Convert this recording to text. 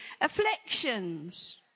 afflictions